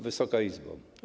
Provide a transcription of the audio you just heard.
Wysoka Izbo!